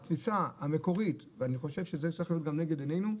התפיסה המקורית ואני חושב שזה צריך להיות גם לנגד עינינו,